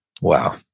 Wow